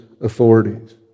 authorities